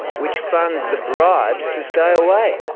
which funds the bribes to stay away.